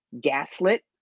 gaslit